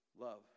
love